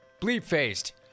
Bleep-faced